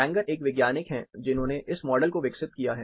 फैंगर एक वैज्ञानिक हैं जिन्होंने इस मॉडल को विकसित किया है